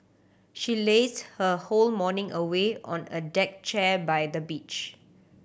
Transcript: she lazed her whole morning away on a deck chair by the beach